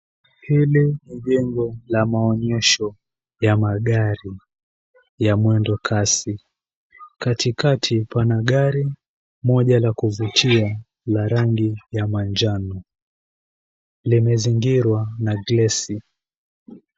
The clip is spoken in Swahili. Hili ni jengo la maonyesho ya magari ya muendo kasi. Katikati pana gari moja la kuvutia la rangi ya manjano. Limezingirwa na glesi.